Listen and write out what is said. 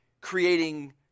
creating